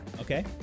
Okay